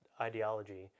ideology